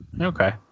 Okay